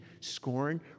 scorn